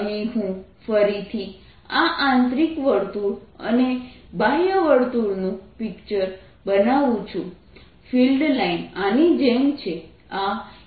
અહીં હું ફરીથી આ આંતરિક વર્તુળ અને બાહ્ય વર્તુળનું પિક્ચર બનાવું છું ફિલ્ડ લાઇન આની જેમ છે